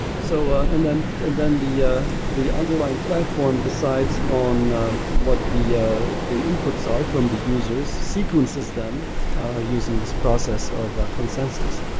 so and then and then the yeah the underlying platform decides on what the ah the inputs are from the users, sequences them using this process of consensus,